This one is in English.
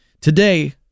Today